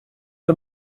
the